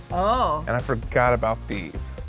oh. and i forgot about these.